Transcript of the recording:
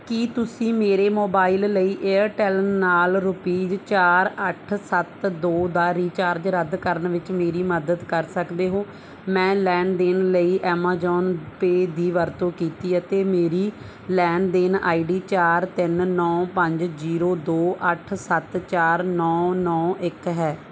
ਕੀ ਤੁਸੀਂ ਮੇਰੇ ਮੋਬਾਈਲ ਲਈ ਏਅਰਟੈੱਲ ਨਾਲ ਰੁਪਈਜ਼ ਚਾਰ ਅੱਠ ਸੱਤ ਦੋ ਦਾ ਰੀਚਾਰਜ ਰੱਦ ਕਰਨ ਵਿੱਚ ਮੇਰੀ ਮਦਦ ਕਰ ਸਕਦੇ ਹੋ ਮੈਂ ਲੈਣ ਦੇਣ ਲਈ ਐਮਾਜ਼ਾਨ ਪੇ ਦੀ ਵਰਤੋਂ ਕੀਤੀ ਅਤੇ ਮੇਰੀ ਲੈਣ ਦੇਣ ਆਈ ਡੀ ਚਾਰ ਤਿੰਨ ਨੌਂ ਪੰਜ ਜ਼ੀਰੋ ਦੋ ਅੱਠ ਸੱਤ ਚਾਰ ਨੌਂ ਨੌਂ ਇੱਕ ਹੈ